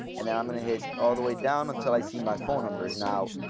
and then i'm going to hit all the way down until i see my phone numbers. now,